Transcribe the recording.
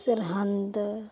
Sirhind